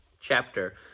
chapter